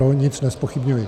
Nic nezpochybňuji.